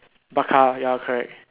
Barca ya correct